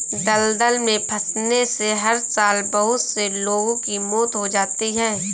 दलदल में फंसने से हर साल बहुत से लोगों की मौत हो जाती है